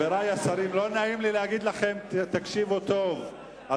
השרים, לא נעים לי להגיד לכם, תקשיבו טוב.